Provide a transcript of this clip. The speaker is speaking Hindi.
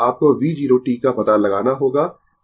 आपको V 0 t का पता लगाना होगा